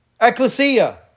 Ecclesia